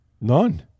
None